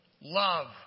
Love